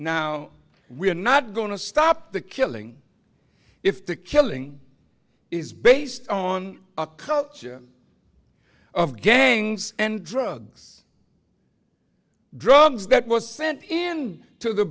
now we're not going to stop the killing if the killing is based on a culture of gangs and drugs drugs that was sent in to the